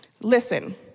Listen